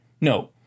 No